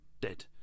dead